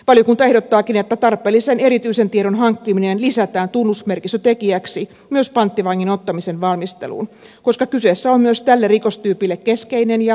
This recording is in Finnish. valiokunta ehdottaakin että tarpeellisen erityisen tiedon hankkiminen lisätään tunnusmerkistötekijäksi myös panttivangin ottamisen valmisteluun koska kyseessä on myös tälle rikostyypille keskeinen ja tyypillinen valmistelun tapa